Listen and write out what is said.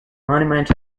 monument